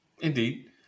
Indeed